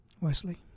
Wesley